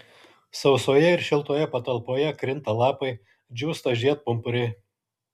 sausoje ir šiltoje patalpoje krinta lapai džiūsta žiedpumpuriai